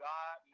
God